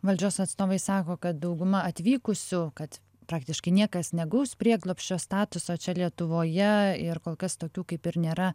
valdžios atstovai sako kad dauguma atvykusių kad praktiškai niekas negaus prieglobsčio statuso čia lietuvoje ir kol kas tokių kaip ir nėra